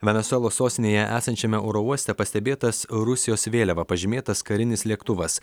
venesuelos sostinėje esančiame oro uoste pastebėtas rusijos vėliava pažymėtas karinis lėktuvas